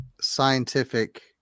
scientific